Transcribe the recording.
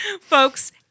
Folks